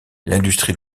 l’industrie